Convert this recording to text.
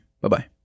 Bye-bye